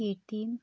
KTM